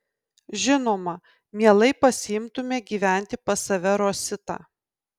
žinoma mielai pasiimtume gyventi pas save rositą